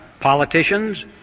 politicians